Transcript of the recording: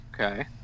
Okay